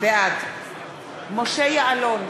בעד משה יעלון,